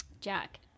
Jack